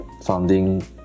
founding